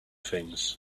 things